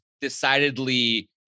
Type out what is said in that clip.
decidedly